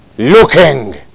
Looking